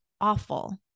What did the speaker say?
awful